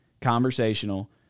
conversational